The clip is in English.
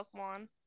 Pokemon